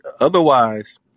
Otherwise